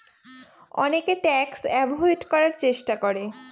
অনেকে tax avoid করার চেষ্টা করে